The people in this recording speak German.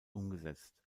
umgesetzt